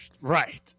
Right